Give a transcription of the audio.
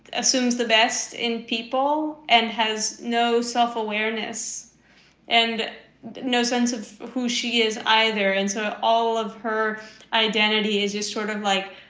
assumes the best in people and has no self-awareness and no sense of who she is either into all of her identity is just sort of like,